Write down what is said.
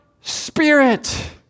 spirit